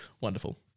Wonderful